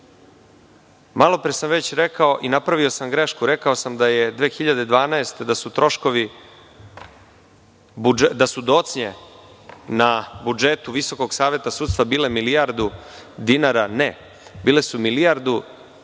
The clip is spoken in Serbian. Malopre sam rekao i napravio sam grešku, rekao sam da je 2012, da su docnje na budžetu Visokog saveta sudstva bile milijardu dinara, ne, bile su preko milijardu i